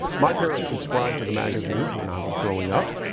my parents subscribed to the magazine when i was growing up,